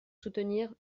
soutenir